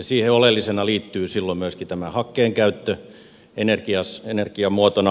siihen oleellisena liittyy silloin myöskin tämä hakkeen käyttö energiamuotona